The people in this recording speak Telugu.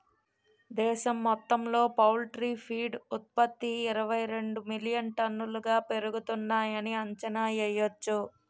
దేశం మొత్తంలో పౌల్ట్రీ ఫీడ్ ఉత్త్పతి ఇరవైరెండు మిలియన్ టన్నులుగా పెరుగుతున్నాయని అంచనా యెయ్యొచ్చు